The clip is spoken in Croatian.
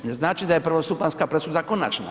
Ne znači da je prvostupanjska presuda konačna.